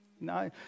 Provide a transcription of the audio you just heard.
No